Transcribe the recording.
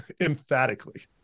emphatically